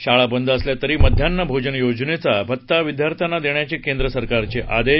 शाळा बंद असल्या तरी माध्यान्ह भोजन योजनेचा भत्ता विद्यार्थ्यांना देण्याचे केंद्र सरकारचे आदेश